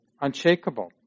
unshakable